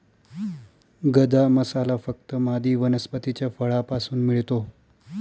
गदा मसाला फक्त मादी वनस्पतीच्या फळापासून मिळतो